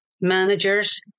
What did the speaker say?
managers